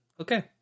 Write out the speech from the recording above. Okay